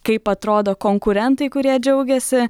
kaip atrodo konkurentai kurie džiaugiasi